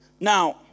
now